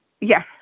yes